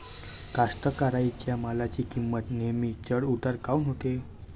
कास्तकाराइच्या मालाची किंमत नेहमी चढ उतार काऊन होते?